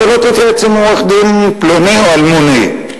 אתה לא תתייעץ עם עורך-דין פלוני או אלמוני?